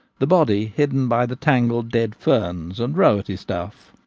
the body hidden by the tangled dead ferns and rowetty stuff.